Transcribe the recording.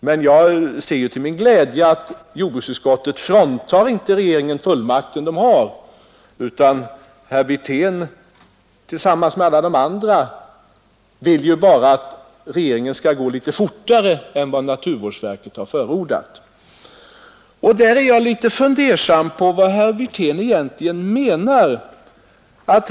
Men jag ser till min glädje att jordbruksutskottet inte tar fullmakten från regeringen, utan herr Wirtén tillsammans med alla övriga ledamöter vill bara att regeringen skall handla litet snabbare än vad naturvårdsverket förordat. Här är jag litet fundersam över vad herr Wirtén egentligen menar.